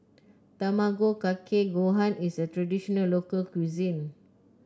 Tamago Kake Gohan is a traditional local cuisine